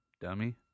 dummy